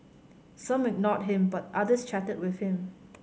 some ignored him but others chatted with him